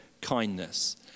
kindness